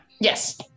Yes